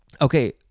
Okay